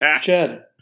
Chad